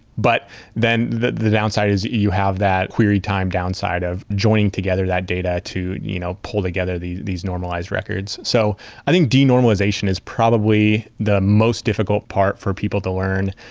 but then the the downside is you have that query time downside of joining together that data to you know pull together these normalized records. so i think denormalization is probably the most difficult part for people to learn.